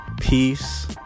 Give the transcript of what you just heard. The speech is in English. peace